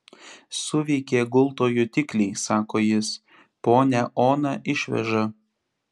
suveikė gulto jutikliai sako jis ponią oną išveža